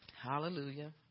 hallelujah